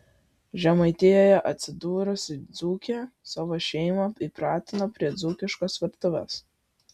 žemaitijoje atsidūrusi dzūkė savo šeimą įpratino prie dzūkiškos virtuvės